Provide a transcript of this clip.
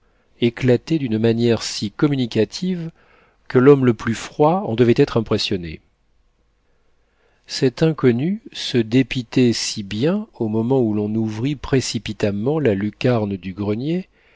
éclataient d'une manière si communicative que l'homme le plus froid en devait être impressionné cet inconnu se dépitait si bien au moment où l'on ouvrit précipitamment la lucarne du grenier